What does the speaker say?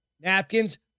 Napkins